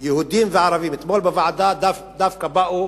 יהודים וערבים, אתמול לוועדה דווקא באו